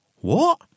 What